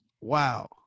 wow